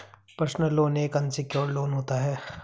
personal loan एक unsecured loan होता है